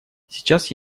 сейчас